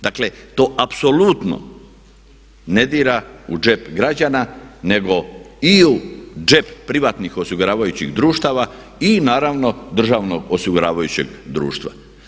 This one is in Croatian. Dakle to apsolutno ne dira u džep građana nego i u džep privatnih osiguravajući društava i naravno državnog osiguravajućeg društva.